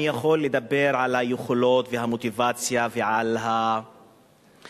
אני יכול לדבר על היכולות והמוטיבציה ועל הצורך